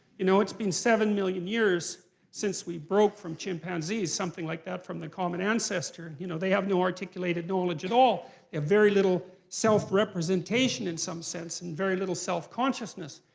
you know it's been seven million years since we broke from chimpanzees, something like that, from the common ancestor. you know they have no articulated knowledge at all and very little self-representation in some sense, and very little self-consciousness.